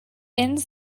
ends